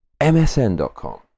MSN.com